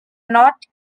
not